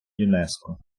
юнеско